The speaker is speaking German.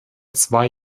zwei